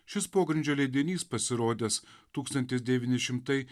šis pogrindžio leidinys pasirodęs tūkstantis devyni šimtai